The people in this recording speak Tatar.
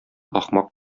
ахмак